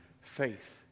faith